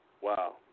Wow